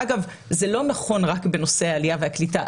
אגב, זה לא נכון רק בנושא העלייה והקליטה.